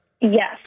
Yes